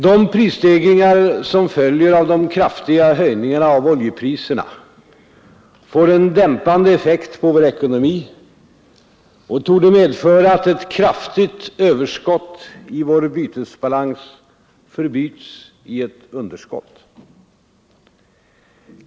De prisstegringar som följer av de kraftiga höjningarna av oljepriserna får en dämpande effekt på vår ekonomi och torde medföra att ett kraftigt överskott i vår bytesbalans förbyts i ett underskott.